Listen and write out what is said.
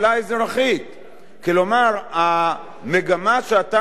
כלומר, המגמה שאתה מציע כאן בחקיקה,